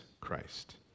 Christ